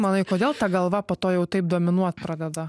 manai kodėl ta galva po to jau taip dominuot pradeda